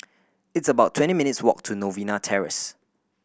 it's about twenty minutes' walk to Novena Terrace